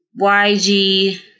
YG